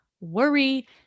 worry